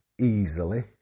easily